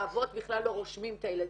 האבות בכלל לא רושמים את הילדים,